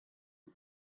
who